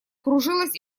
кружилась